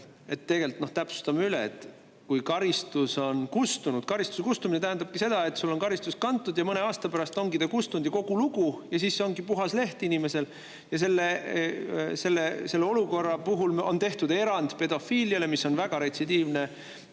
Tegelikult täpsustame üle selle, et kui karistus on kustunud, siis see tähendabki seda, et sul on karistus kantud, mõne aasta pärast ongi ta kustunud ja kogu lugu, ning siis ongi puhas leht inimesel. Selle olukorra puhul on seni tehtud erand pedofiiliale, mis on väga retsidiivne